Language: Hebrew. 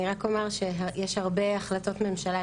אני רק אומר שיש הרבה החלטות ממשלה,